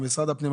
משרד הפנים,